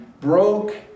broke